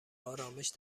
آرامش